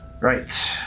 Right